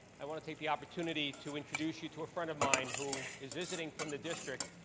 i want to take the opportunity to introduce you to a friend of mine who is visiting from the district,